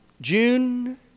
June